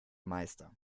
meister